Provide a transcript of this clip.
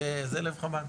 זה לב חב"ד.